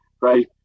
right